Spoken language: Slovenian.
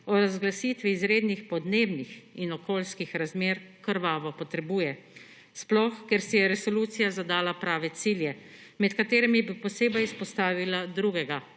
o razglasitvi izrednih podnebnih in okoljskih razmer, krvavo potrebuje. Sploh, ker si je resolucija zadala prave cilje, med katerimi bi posebej izpostavila drugega.